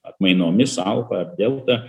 atmainomis alfa delta